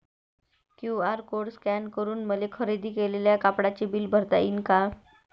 QR code scan करून मले खरेदी केलेल्या कापडाचे बिल भरता यीन का?